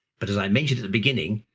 but, as i mentioned at the beginning,